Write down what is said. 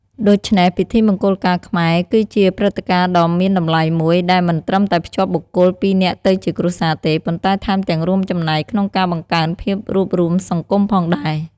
ដូច្នេះ ពិធីមង្គលការខ្មែរគឺជាព្រឹត្តិការណ៍ដ៏មានតម្លៃមួយ ដែលមិនត្រឹមតែភ្ជាប់បុគ្គលពីរនាក់ទៅជាគ្រួសារទេ ប៉ុន្តែថែមទាំងរួមចំណែកក្នុងការបង្កើនភាពរួបរួមសង្គមផងដែរ។